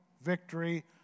victory